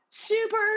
super